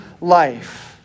life